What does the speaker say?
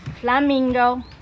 flamingo